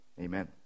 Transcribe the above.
amen